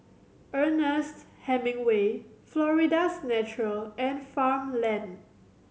Ernest Hemingway Florida's Natural and Farmland